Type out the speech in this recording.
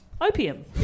Opium